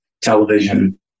television